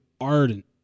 ardent